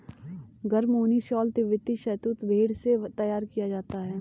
गर्म ऊनी शॉल तिब्बती शहतूश भेड़ से तैयार किया जाता है